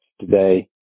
today